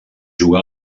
juga